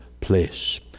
place